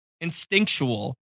instinctual